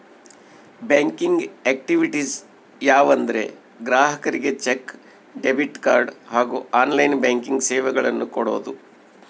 banking activities ಯಾವ ಅಂದರೆ ಗ್ರಾಹಕರಿಗೆ ಚೆಕ್, ಡೆಬಿಟ್ ಕಾರ್ಡ್ ಹಾಗೂ ಆನ್ಲೈನ್ ಬ್ಯಾಂಕಿಂಗ್ ಸೇವೆಗಳನ್ನು ಕೊಡೋದು